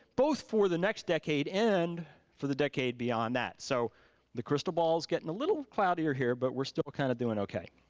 both for the next decade and for the decade beyond that so the crystal ball's getting a little cloudier here, but we're still kinda kind of doing okay.